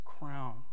crown